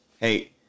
hey